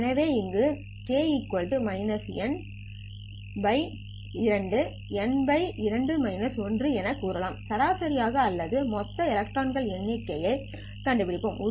எனவே இங்கு k N2 N2 1 எனக் கூறலாம் சராசரியாக அல்லது மொத்த எலக்ட்ரான்கள் எண்ணிக்கையைக் கண்டுபிடிப்போம்